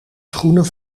schoenen